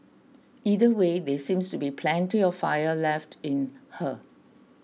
either way there seems to be plenty of fire left in her